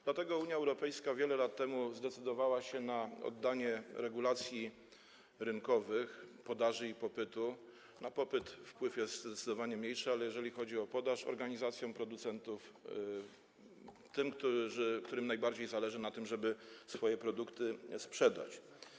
Dlatego Unia Europejska wiele lat temu zdecydowała się na oddanie regulacji rynkowych w zakresie podaży i popytu - na popyt wpływ jest zdecydowanie mniejszy, ale jeżeli chodzi o podaż, to tak - organizacjom producentów, tym którym najbardziej zależy na tym, żeby swoje produkty sprzedać.